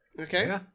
Okay